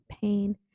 pain